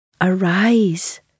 Arise